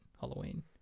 Halloween